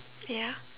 ya